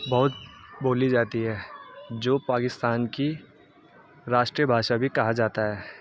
بہت بولی جاتی ہے جو پاکستان کی راشٹریہ بھاشا بھی کہا جاتا ہے